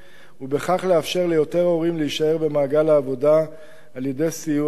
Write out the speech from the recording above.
ובכך לאפשר ליותר הורים להישאר במעגל העבודה על-ידי סיוע זה.